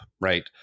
right